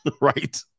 right